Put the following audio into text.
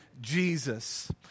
Jesus